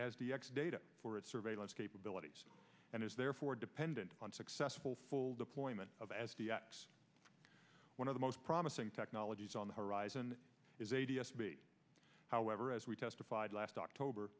as the x data for its surveillance capabilities and is therefore dependent on successful full deployment of as one of the most promising technologies on the horizon is a d s b however as we testified last october